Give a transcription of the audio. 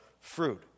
fruit